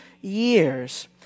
years